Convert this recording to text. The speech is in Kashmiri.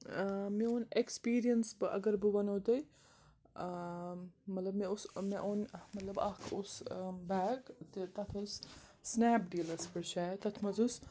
مےٚ اوٚن ایکٕسپیٖریَنٕس بہٕ اگر بہٕ وَنو تۄہہِ مطلب مےٚ اوس مےٚ اوٚن مطلب اَکھ اوس بیگ تہٕ تَتھ ٲس سنیپ ڈیٖلَس پٮ۪ٹھ شاید تَتھ منٛز اوس